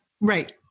right